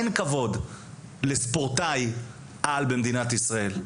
אין כבוד לספורטאי על במדינת ישראל.